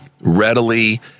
readily